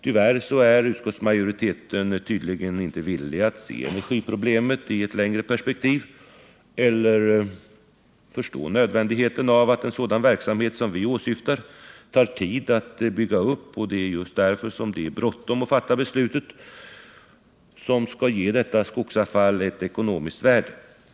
Tyvärr är utskottsmajoriteten ännu inte villig att se energiproblemet i ett längre perspektiv eller att förstå att en sådan verksamhet som vi åsyftar tar tid att bygga upp och att det är just därför som det är bråttom att fatta det beslut som ger detta skogsavfall ett ekonomiskt värde.